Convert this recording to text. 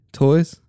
toys